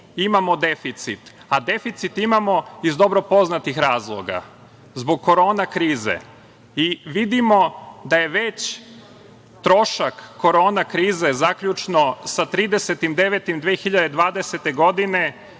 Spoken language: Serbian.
imamo deficit, a deficit imamo iz dobro poznatih razloga, zbog Korona krize i vidimo da je već trošak Korona krize zaključno sa 30.9.2020. godine,